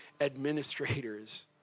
administrators